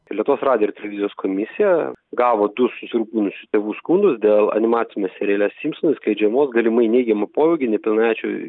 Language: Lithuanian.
lietuvos radijo ir televizijos komisija gavo du susirūpinusių tėvų skundus dėl animaciniame seriale simsonai skiedžiamos galimai neigiamą poveikį nepilnamečių